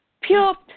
Pure